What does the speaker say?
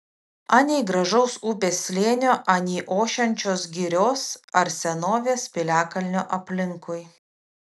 anei gražaus upės slėnio anei ošiančios girios ar senovės piliakalnio aplinkui